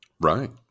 Right